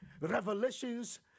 revelations